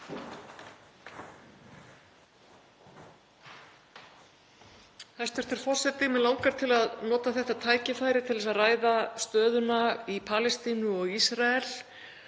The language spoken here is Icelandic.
Hæstv. forseti. Mig langar til að nota þetta tækifæri til að ræða stöðuna í Palestínu og Ísrael